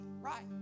Right